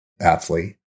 athlete